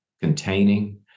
containing